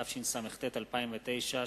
התשס”ט 2009,